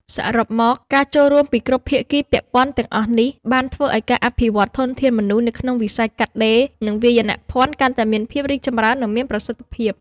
សរុបមក ការចូលរួមពីគ្រប់ភាគីពាក់ព័ន្ធទាំងអស់នេះបានធ្វើឱ្យការអភិវឌ្ឍធនធានមនុស្សនៅក្នុងវិស័យកាត់ដេរ និងវាយនភណ្ឌកាន់តែមានភាពរីកចម្រើន និងមានប្រសិទ្ធភាព។